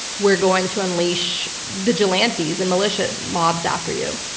we're going to unleash vigilantes and militia mobs after you,